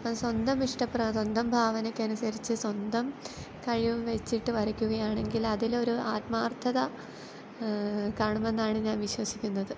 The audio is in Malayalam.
ഇപ്പം സ്വന്തം ഇഷ്ടപ്രകാരം സ്വന്തം ഭാവനയ്ക്കനുസരിച്ച് സ്വന്തം കഴിവ് വെച്ചിട്ട് വരയ്ക്കുകയാണെങ്കിൽ അതിലൊരു ആത്മാർത്ഥത കാണുമെന്നാണ് ഞാൻ വിശ്വസിയ്ക്കുന്നത്